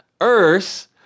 Earth